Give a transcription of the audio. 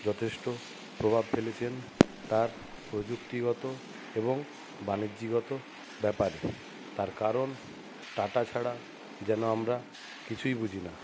যথেষ্ট প্রভাব ফেলেছেন তার প্রযুক্তিগত এবং বাণিজ্যিকগত ব্যাপারে তার কারণ টাটা ছাড়া যেনো আমরা কিছুই বুঝি না